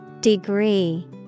Degree